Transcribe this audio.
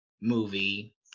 movie